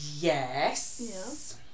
Yes